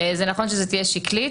זה נכון שהיא תהיה שקלית,